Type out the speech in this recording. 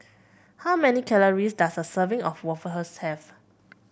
how many calories does a serving of waffle have